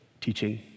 teaching